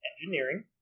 engineering